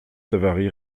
savary